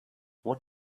what